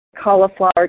cauliflower